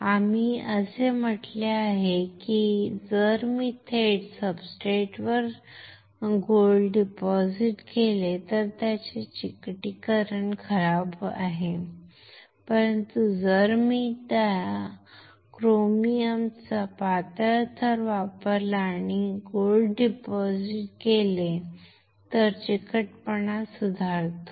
आम्ही असे म्हटले आहे की जर मी थेट सब्सट्रेटवर सोने जमा केले तर त्याचे चिकटपणा खराब आहे परंतु जर मी क्रोमियमचा पातळ थर वापरला आणि सोने जमा केले तर चिकटपणा सुधारतो